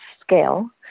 scale